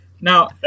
Now